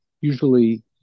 usually